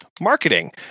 marketing